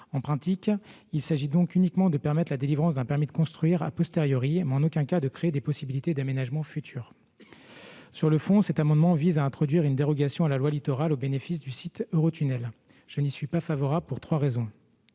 En pratique, il s'agit donc uniquement de permettre la délivrance d'un permis de construire et en aucun cas de créer des possibilités d'aménagements futurs. Deuxièmement, sur le fond, cet amendement vise à introduire une dérogation à la loi Littoral au bénéfice du site Eurotunnel. Je n'y suis pas favorable pour trois raisons.